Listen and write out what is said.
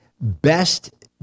best